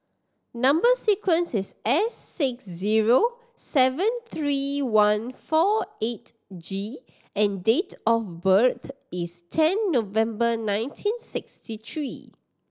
number sequence is S six zero seven three one four eight G and date of birth is ten November nineteen sixty three